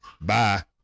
Bye